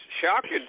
shocking